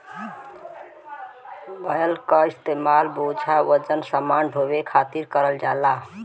बैल क इस्तेमाल बोझा वजन समान ढोये खातिर करल जाला